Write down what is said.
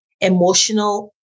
emotional